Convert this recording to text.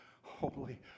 holy